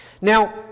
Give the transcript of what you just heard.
Now